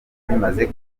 bimaze